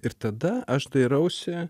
ir tada aš dairausi